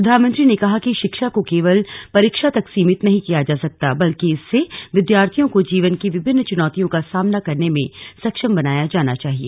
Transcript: प्रधानमंत्री ने कहा कि शिक्षा को केवल परीक्षा तक सीमित नहीं किया जा सकता बल्कि इससे विद्यार्थियों को जीवन की विभिन्न चुनौतियों का सामना करने में सक्षम बनाया जाना चाहिए